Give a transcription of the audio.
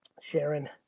Sharon